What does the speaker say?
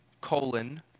colon